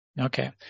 Okay